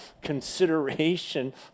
consideration